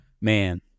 man